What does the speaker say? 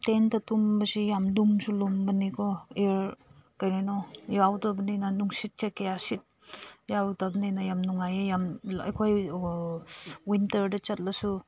ꯇꯦꯟꯠꯗ ꯇꯨꯝꯕꯁꯦ ꯌꯥꯝ ꯂꯨꯝꯁꯨ ꯂꯨꯝꯕꯅꯦꯀꯣ ꯑꯦꯌꯥꯔ ꯀꯔꯤꯅꯣ ꯌꯥꯎꯗꯕꯅꯤꯅ ꯅꯨꯡꯁꯤꯠꯁꯦ ꯀꯌꯥ ꯌꯥꯎꯗꯕꯅꯤꯅ ꯌꯥꯝ ꯅꯨꯡꯉꯥꯏꯌꯦ ꯌꯥꯝ ꯑꯩꯈꯣꯏ ꯋꯤꯟꯇꯔꯗ ꯆꯠꯂꯁꯨ